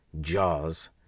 Jaws